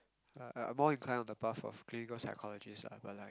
uh I more inclined on the path of clinical psychologist lah but like